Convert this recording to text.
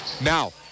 Now